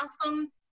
awesome